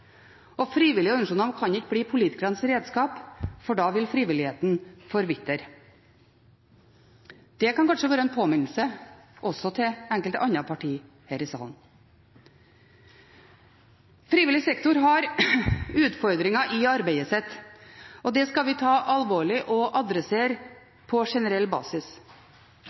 og at de frivillige organisasjonene ikke kan bli politikernes redskap, for da vil frivilligheten forvitre. Det kan kanskje være en påminnelse også til enkelte andre partier her i salen. Frivillig sektor har utfordringer i arbeidet sitt, og det skal vi ta alvorlig og adressere på generell basis